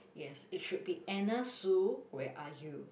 yes it should be Anna sue where are you